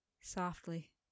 softly